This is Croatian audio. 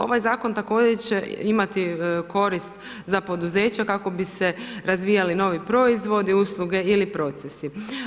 Ovaj zakon također će imati korist za poduzeća kako bi se razvijali novi proizvodi, usluge ili procesi.